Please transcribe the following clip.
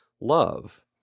love